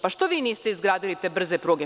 Pa, što vi niste izgradili te brze pruge?